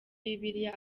bibiliya